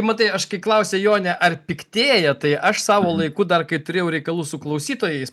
matai aš kai klausia jonė ar piktėja tai aš savo laiku dar kai turėjau reikalų su klausytojais